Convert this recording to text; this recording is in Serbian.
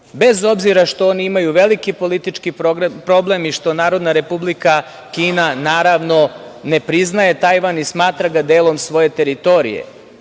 bez obzira što oni imaju politički problem i što Narodna Republika Kina, naravno ne priznaje Tajvan i smatra ga delom svoje teritorije.